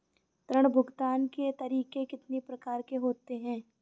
ऋण भुगतान के तरीके कितनी प्रकार के होते हैं?